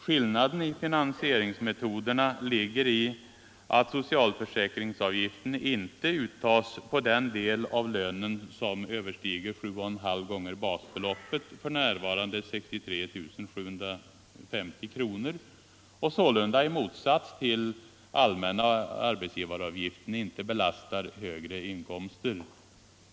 Skillnaden i finansieringsmetoderna ligger i att socialförsäkringsavgiften inte uttas på den del av lönen som överstiger 7,5 gånger basbeloppet, för närvarande 63 750 kronor, och sålunda i motsats till allmänna arbetsgivaravgiften inte belastar högre inkomster.